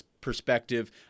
perspective